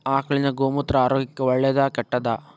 ಆಕಳಿನ ಗೋಮೂತ್ರ ಆರೋಗ್ಯಕ್ಕ ಒಳ್ಳೆದಾ ಕೆಟ್ಟದಾ?